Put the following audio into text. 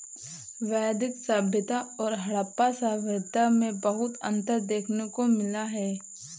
वैदिक सभ्यता और हड़प्पा सभ्यता में बहुत अन्तर देखने को मिला है